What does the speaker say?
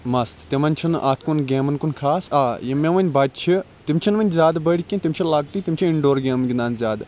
مَست تِمَن چھُ نہٕ اتھ کُن گیمَن کُن خاص آ یِم مےٚ وۄنۍ بَچہٕ چھِ تِم چھِنہٕ وٕنہٕ زیاد بٔڑ کینٛہہ تِم چھِ لَکٹی تِم چھِ اِنڈور گیمہٕ گِنٛدان زیادٕ